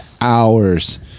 hours